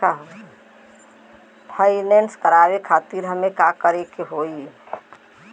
Finance करावे खातिर हमें का करे के होई?